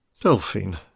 Delphine